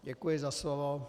Děkuji za slovo.